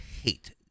hate